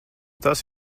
tas